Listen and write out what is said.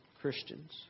Christians